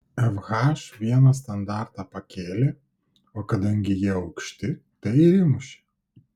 fh vieną standartą pakėlė o kadangi jie aukšti tai ir įmušė